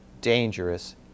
dangerous